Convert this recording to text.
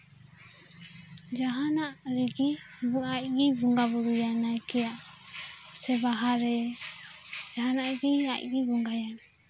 ᱡᱟᱦᱟᱸᱱᱟᱜ ᱨᱮᱜᱮ ᱟᱡᱜᱮᱭ ᱵᱚᱸᱜᱟ ᱵᱳᱨᱳᱭᱟ ᱱᱟᱭᱠᱮᱭᱟᱜ ᱥᱮ ᱵᱟᱦᱟ ᱨᱮ ᱡᱟᱦᱟᱱᱟᱜ ᱜᱮ ᱟᱡᱜᱮᱭ ᱵᱚᱸᱜᱟᱭᱟ